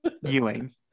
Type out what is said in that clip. Ewing